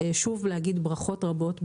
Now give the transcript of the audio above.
שוב, ברכות רבות.